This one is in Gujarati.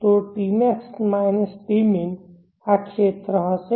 તો tmax tmin આ ક્ષેત્ર હશે